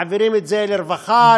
מעבירים את זה לרווחה,